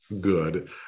good